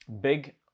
big